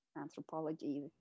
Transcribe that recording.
anthropology